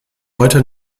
heute